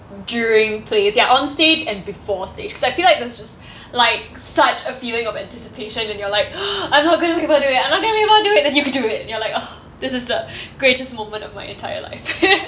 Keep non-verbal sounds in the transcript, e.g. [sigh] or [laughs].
during plays ya on stage and before stage because I feel like that's just like such a feeling of anticipation and you're like oh I'm not going to be able to do it I'm not going to be able to do it then you could do it and you're like oh this is the greatest moment of my entire life [laughs]